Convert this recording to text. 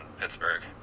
Pittsburgh